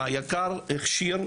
היק"ר הכשיר,